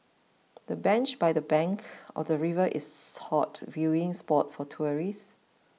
the bench by the bank of the river is a hot viewing spot for tourists